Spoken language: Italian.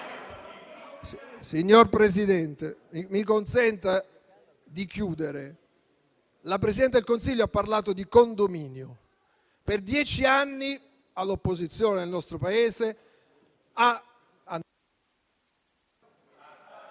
Signor Presidente, mi consenta di terminare. La Presidente del Consiglio ha parlato di condominio. Per dieci anni all'opposizione nel nostro Paese ha...